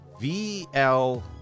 VL